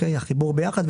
החיבור ביחד,